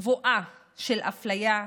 קבועה של אפליה,